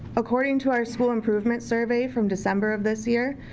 according to our school improvement survey from december of this year.